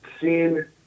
Seen